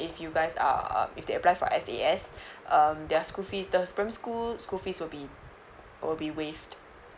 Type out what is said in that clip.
if you guys um if they apply for F_A_S um their school fees the primary school school fees will be will be waived